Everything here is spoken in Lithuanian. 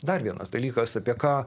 dar vienas dalykas apie ką